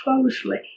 closely